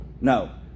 no